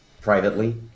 privately